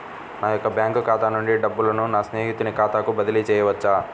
నా యొక్క బ్యాంకు ఖాతా నుండి డబ్బులను నా స్నేహితుని ఖాతాకు బదిలీ చేయవచ్చా?